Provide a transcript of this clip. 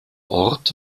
ort